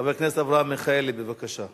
חבר הכנסת אברהם מיכאלי, בבקשה.